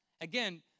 again